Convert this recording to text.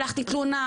שלחתי תלונה,